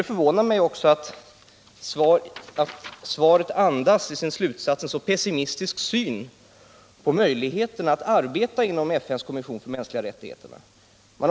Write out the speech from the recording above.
Det förvånar mig också att svaret andas en så pessimistisk syn på möjligheterna att arbeta inom FN:s mänskliga rättighetskommission.